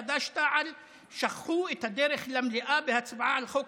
חד"ש-תע"ל שכחו את הדרך למליאה בהצבעה על חוק